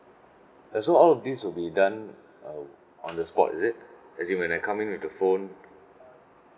ya so all of these will be done uh on the spot is it as in when I come in with the phone